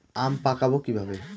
আম পাকাবো কিভাবে?